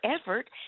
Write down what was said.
effort